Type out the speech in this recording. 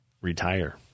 retire